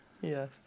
Yes